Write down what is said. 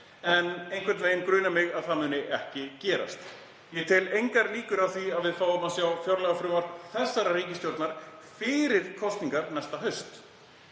Einhvern veginn grunar mig að það muni ekki gerast. Ég tel engar líkur á því að við fáum að sjá fjárlagafrumvarp þessarar ríkisstjórnar fyrir kosningar næsta haust.